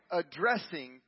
addressing